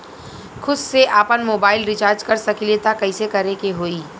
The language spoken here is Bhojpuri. खुद से आपनमोबाइल रीचार्ज कर सकिले त कइसे करे के होई?